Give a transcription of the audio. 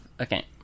Okay